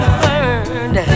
burned